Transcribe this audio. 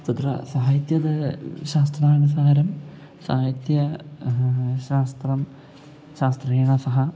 तत्र साहित्यं शास्त्रानुसारं साहित्यं शास्त्रं शास्त्रेण सह